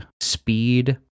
speed